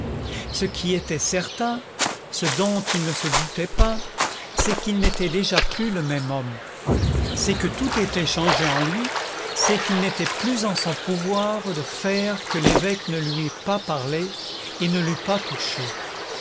ce qui était certain ce dont il ne se doutait pas c'est qu'il n'était déjà plus le même homme c'est que tout était changé en lui c'est qu'il n'était plus en son pouvoir de faire que l'évêque ne lui eût pas parlé et ne l'eût pas touché